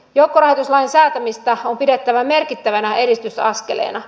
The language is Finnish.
joukkorahoituslain säätämistä on pidettävä merkittävänä edistysaskeleena